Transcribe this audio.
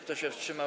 Kto się wstrzymał?